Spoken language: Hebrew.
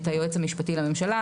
את היועץ המשפטי לממשלה.